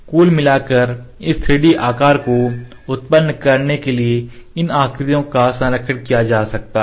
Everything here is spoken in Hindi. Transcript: कुल मिलाकर इस 3D आकार को उत्पन्न करने के लिए इन आकृतियों का संरेखण किया जा सकता है